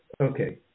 Okay